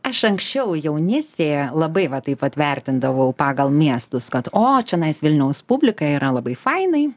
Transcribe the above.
aš anksčiau jaunystėje labai va taip pat vertindavau pagal miestus kad o čionais vilniaus publika yra labai fainai